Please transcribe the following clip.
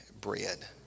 bread